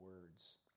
words